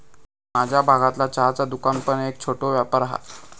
माझ्या भागतला चहाचा दुकान पण एक छोटो व्यापार हा